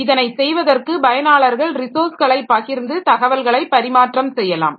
இதனை செய்வதற்கு பயனாளர்கள் ரிசோர்ஸ்களை பகிர்ந்து தகவல்களை பரிமாற்றம் செய்யலாம்